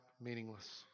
meaningless